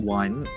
one